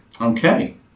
Okay